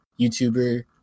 YouTuber